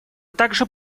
также